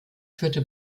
führte